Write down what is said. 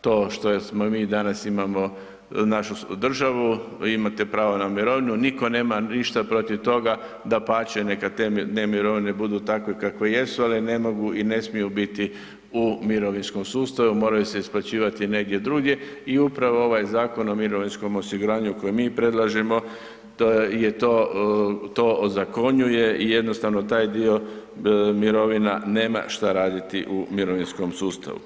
to što mi danas imamo našu državu, imate pravo na mirovinu, niko nema ništa protiv toga, dapače neka te mirovine budu takve kakve jesu, ali ne mogu i ne smiju biti u mirovinskom sustavu, moraju se isplaćivati negdje drugdje i upravo ovaj Zakon o mirovinskom osiguranju koji mi predlažemo to ozakonjuje i jednostavno taj dio mirovina nema šta raditi u mirovinskom sustavu.